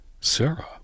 Sarah